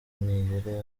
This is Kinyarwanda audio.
nirere